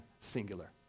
singular